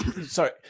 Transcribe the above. Sorry